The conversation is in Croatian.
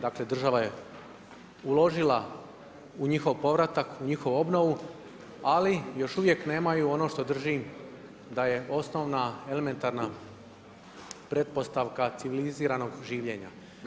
Dakle, država je uložila u njihov povratak, u njihovu obnovu ali još uvijek nemaju ono što držim da je osnovna elementarna pretpostavka civiliziranog življenja.